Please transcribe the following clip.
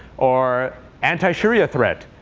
or anti-sharia threat,